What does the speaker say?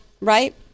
right